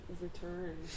return